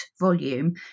volume